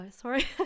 sorry